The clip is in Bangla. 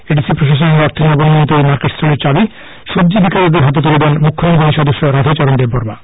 এডিসি প্রশাসনের হাত দিয়ে নবনির্মিত এই মার্কেট স্টলের চাবি সক্কী বিক্রেতাদের হাতে তুলে দেন মুখ্য নির্বাহী সদস্য রাধাচরণ দেববর্মা